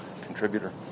contributor